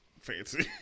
fancy